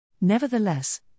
Nevertheless